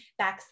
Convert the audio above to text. backslash